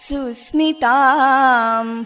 Susmitam